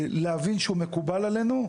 להבין שהוא מקובל עלינו,